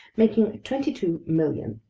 making twenty two million.